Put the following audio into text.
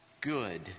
good